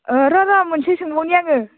अ र' र' मोनसे सोंबावनि आङो